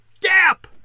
gap